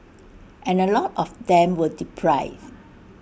and A lot of them were deprived